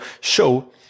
show